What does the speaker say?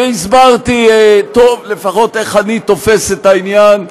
הסברתי טוב לפחות איך אני תופס את העניין,